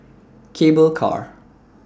Cable Car